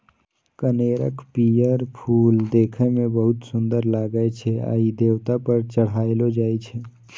कनेरक पीयर फूल देखै मे बहुत सुंदर लागै छै आ ई देवता पर चढ़ायलो जाइ छै